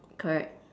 correct